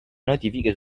notifiche